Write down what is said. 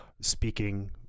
speaking